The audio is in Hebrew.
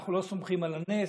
אנחנו לא סומכים על הנס,